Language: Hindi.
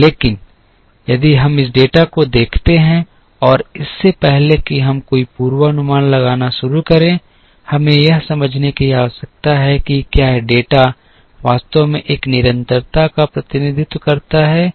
लेकिन यदि हम इस डेटा को देखते हैं और इससे पहले कि हम कोई पूर्वानुमान लगाना शुरू करें हमें यह समझने की आवश्यकता है कि क्या यह डेटा वास्तव में एक निरंतरता का प्रतिनिधित्व करता है